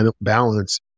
balance